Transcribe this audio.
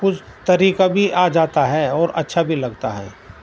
کچھ طریقہ بھی آ جاتا ہے اور اچھا بھی لگتا ہے